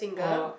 (aha)